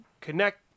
connect